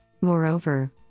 Moreover